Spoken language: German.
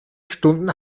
stunden